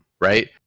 right